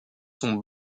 son